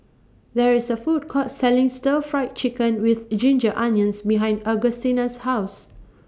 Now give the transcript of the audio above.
There IS A Food Court Selling Stir Fry Chicken with Ginger Onions behind Augustina's House